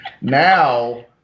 now